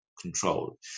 control